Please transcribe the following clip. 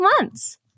months